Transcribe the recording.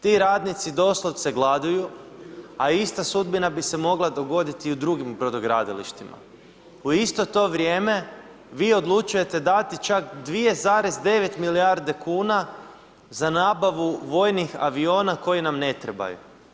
Ti radnici doslovce gladuju, a ista sudbina bi se mogla dogoditi i u drugim brodogradilištima, u isto to vrijeme vi odlučujete dati čak 2,9 milijarde kuna za nabavu vojnih aviona koji nam ne trebaju.